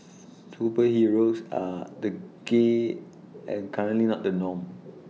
superheroes are the gay and currently not the norm